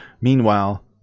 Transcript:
Meanwhile